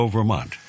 Vermont